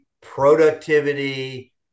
productivity